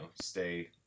stay